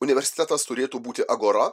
universitetas turėtų būti agora